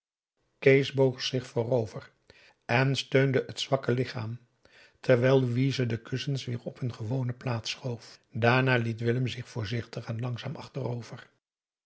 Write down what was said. boog zich voorover en steunde het zwakke lichaam terwijl louise de kussens weer op hun gewone plaats schoof daarna liet willem zich voorzichtig en langzaam achterover